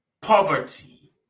poverty